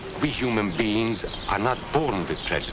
we human beings are not born with